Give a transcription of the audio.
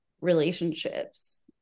relationships